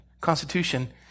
constitution